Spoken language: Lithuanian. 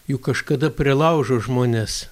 juk kažkada prie laužo žmonės